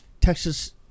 Texas